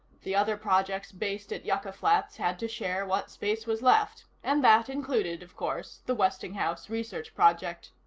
the other projects based at yucca flats had to share what space was left and that included, of course, the westinghouse research project.